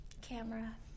Camera